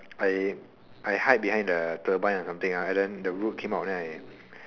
I I hide behind the turbine or something and then the came out and then I